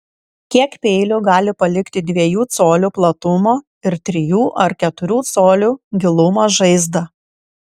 kiek peilių gali palikti dviejų colių platumo ir trijų ar keturių colių gilumo žaizdą